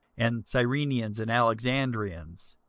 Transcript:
and cyrenians, and alexandrians,